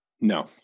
no